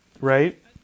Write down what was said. right